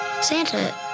Santa